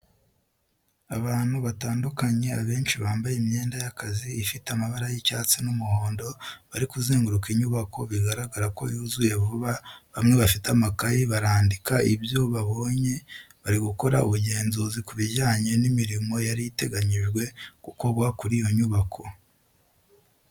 Abantu batandukanye abenshi bambaye imyenda y'akazi ifite amabara y'icyatsi n'umuhondo, bari kuzenguruka inyubako bigaragara ko yuzuye vuba bamwe bafite amakayi barandika ibyo babonye bari gukora ubugenzuzi ku bijyanye n'imirimo yari iteganyijwe gukorwa kuri iyo nyubako.